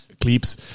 Clips